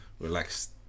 relaxed